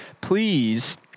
please